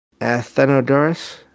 Athenodorus